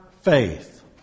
faith